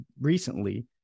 recently